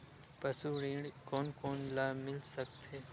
पशु ऋण कोन कोन ल मिल सकथे?